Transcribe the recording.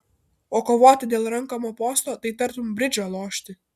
o kovoti dėl renkamo posto tai tartum bridžą lošti